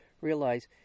realize